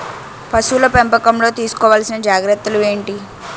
పశువుల పెంపకంలో తీసుకోవల్సిన జాగ్రత్తలు ఏంటి?